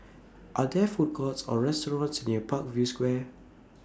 Are There Food Courts Or restaurants near Parkview Square